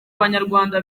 abanyarwanda